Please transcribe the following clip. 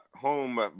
home